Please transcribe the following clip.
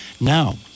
Now